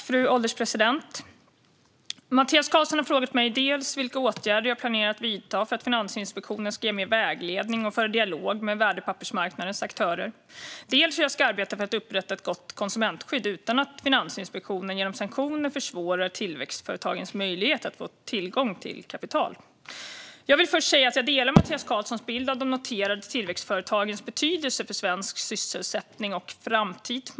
Fru ålderspresident! Mattias Karlsson i Luleå har frågat mig dels vilka åtgärder jag planerar att vidta för att Finansinspektionen ska ge mer vägledning och föra dialog med värdepappersmarknadens aktörer, dels hur jag ska arbeta för att upprätta ett gott konsumentskydd utan att Finansinspektionen genom sanktioner försvårar tillväxtföretagens möjlighet att få tillgång till kapital. Jag vill först säga att jag delar Mattias Karlssons bild av de noterade tillväxtföretagens betydelse för svensk sysselsättning och framtid.